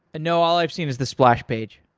no. all i've seen is the splash page.